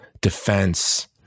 defense